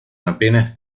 apenas